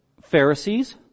Pharisees